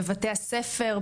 בבתי הספר,